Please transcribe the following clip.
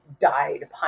died